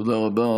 תודה רבה.